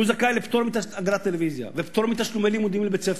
והוא זכאי לפטור מאגרת טלוויזיה ופטור מתשלומי לימודים בבית-ספר,